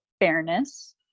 fairness